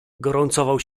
gorącował